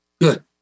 Good